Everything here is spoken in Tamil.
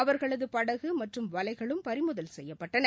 அவர்களது படகு மற்றும் வலைகளும் பறிமுதல் செய்யப்பட்டன